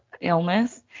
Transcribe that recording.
illness